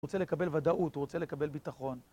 הוא רוצה לקבל ודאות, הוא רוצה לקבל ביטחון